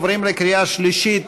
עוברים לקריאה שלישית.